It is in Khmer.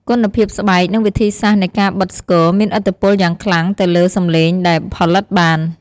គុណភាពស្បែក និងវិធីសាស្ត្រនៃការបិតស្គរមានឥទ្ធិពលយ៉ាងខ្លាំងទៅលើសំឡេងដែលផលិតបាន។